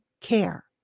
care